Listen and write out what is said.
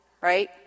right